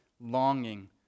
longing